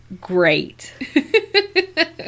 great